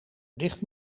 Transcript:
dicht